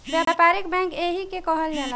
व्यापारिक बैंक एही के कहल जाला